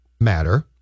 matter